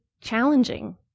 challenging